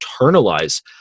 internalize